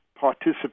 participate